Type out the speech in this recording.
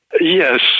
yes